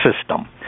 system